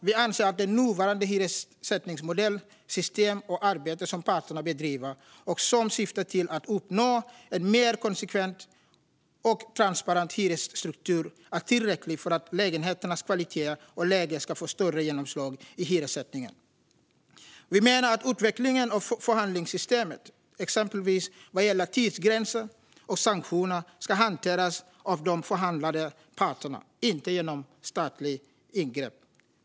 Vi anser att nuvarande hyressättningsmodell och system och det arbete som parterna bedriver och som syftar till att uppnå en mer konsekvent och transparent hyresstruktur är tillräckligt för att lägenheternas kvalitet och läge ska få större genomslag i hyressättningen. Vi menar att utvecklingen och förhandlingssystemet, exempelvis vad gäller tidsgränser och sanktioner, ska hanteras av de förhandlande parterna och inte genom statliga ingrepp.